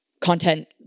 content